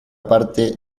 parte